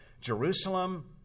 Jerusalem